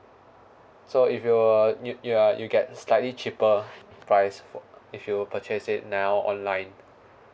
so if you're you uh you get slightly cheaper price for if you purchase it now online